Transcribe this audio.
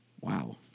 Wow